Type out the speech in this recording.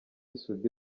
soudi